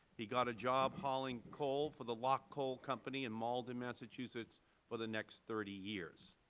he got a job hauling coal for the locke coal company in malden, massachusetts for the next thirty years.